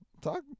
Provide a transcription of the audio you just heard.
Talk